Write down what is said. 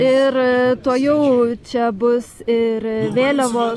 ir tuojau čia bus ir vėliavos